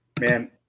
man